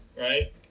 right